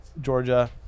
Georgia